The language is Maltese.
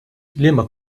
liema